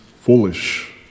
foolish